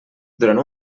durant